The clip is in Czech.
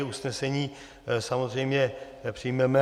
Usnesení samozřejmě přijmeme.